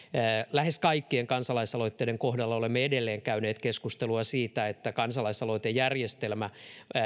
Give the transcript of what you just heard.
lähes kaikkien kansalaisaloitteiden kohdalla olemme edelleen käyneet keskustelua siitä että kansalaisaloitejärjestelmä